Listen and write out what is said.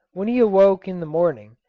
when he awoke in the morning,